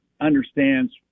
understands